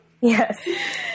Yes